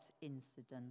incident